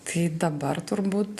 tai dabar turbūt